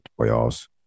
playoffs